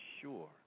sure